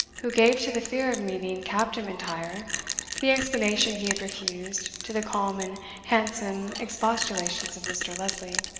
who gave to the fear of meeting captain m'intyre the explanation he had refused to the calm and handsome expostulations of mr. lesley.